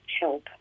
help